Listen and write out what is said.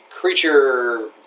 creature